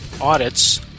audits